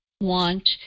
want